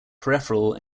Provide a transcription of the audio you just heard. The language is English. peripheral